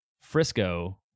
Frisco